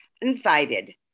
invited